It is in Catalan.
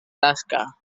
tasca